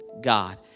God